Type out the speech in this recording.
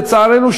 לצערנו,